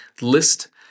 list